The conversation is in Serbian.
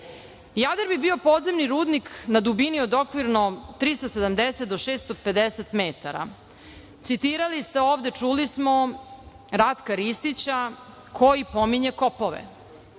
toka. Jadar bi bio podzemni rudnik na dubini od okvirno 370 do 650 metara. Citirali ste ovde, čuli smo, Ratka Ristića koji pominje kopove.